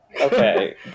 Okay